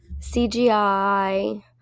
CGI